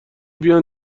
بیان